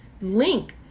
link